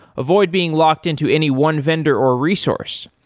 avoid being locked into any one vendor or resource.